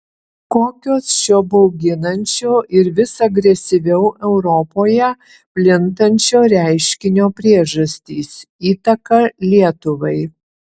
kokios šio bauginančio ir vis agresyviau europoje plintančio reiškinio priežastys įtaka lietuvai